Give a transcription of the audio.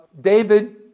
David